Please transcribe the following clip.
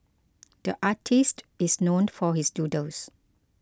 the artist is known for his doodles